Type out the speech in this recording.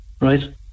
right